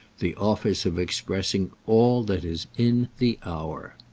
the office of expressing all that is in the hour.